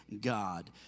God